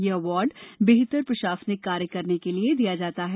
यह अवार्ड बेहतर प्रशासनिक कार्य करने के लिये दिया जाता है